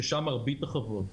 ששם מרבית החוות,